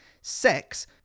sex